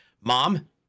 mom